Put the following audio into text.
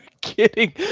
kidding